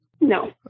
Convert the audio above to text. No